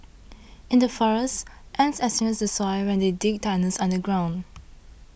in the forests ants aerate the soil when they dig tunnels underground